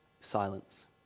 silence